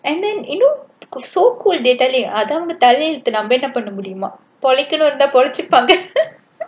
and then you know so cool they telling அது அவங்க தலையெழுத்து நாம என்ன பண்ண முடியுமாம் புளைக்கனும்ல புளைச்சிப்பாங்க:athu avanga thalaieluthu naama enna panna mudiyumaam pulaikkanumla pulachippaanga